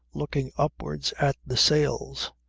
looking upwards at the sails,